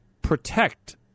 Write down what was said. protect